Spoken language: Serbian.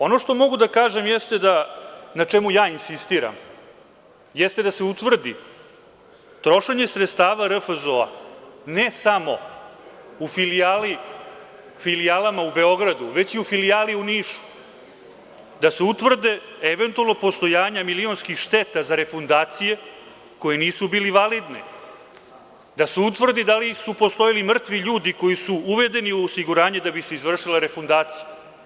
Ono što mogu da kažem, na čemu ja insistiram, jeste da se utvrdi trošenje sredstava RFZO-a, ne samo u filijalama u Beogradu, već i u filijali u Nišu, da se utvrdi eventualno postojanje milionskih šteta za refundacije, koje nisu bile validne, da se utvrdi da li su postojali mrtvi ljudi koji su uvedeni u osiguranje da bi se izvršila refundacija.